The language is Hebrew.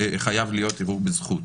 חייב להיות ערעור בזכות,